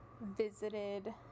visited